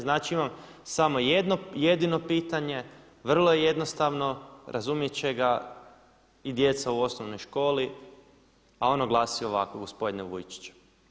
Znači imam samo jedno jedino pitanje, vrlo je jednostavno, razumjeti će ga i djeca u osnovnoj školi a ono glasi ovako gospodine Vujčiću.